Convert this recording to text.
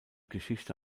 geschichte